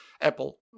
Apple